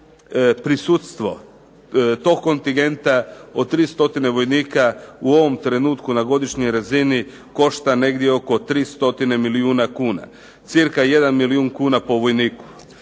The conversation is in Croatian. prisustvo tog kontingenta od 3 stotine vojnika u ovom trenutku na godišnjoj razini košta negdje oko 3 stotine milijuna kuna, cirka 1 milijun kuna po vojniku.